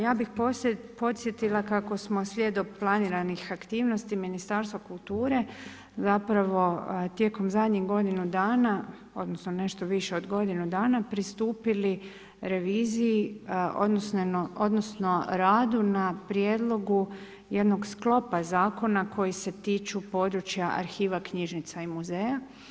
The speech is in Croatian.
Ja bih podsjetila kako smo svjedok planiranih aktivnosti Ministarstva kulture zapravo tijekom zadnjih godinu dana, odnosno nešto više od godinu dana pristupili reviziji, odnosno radu na prijedlogu jednog sklopa zakona koji se tiču područja arhiva, knjižnica i muzeja.